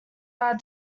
are